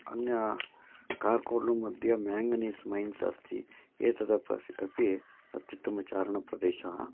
अन्यत् कार्कोड्लु मध्ये मेङ्गनीस् मैन्स् अस्ति एतदपि अपि अत्युत्तमचारणप्रदेशः